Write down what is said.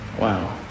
Wow